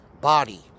body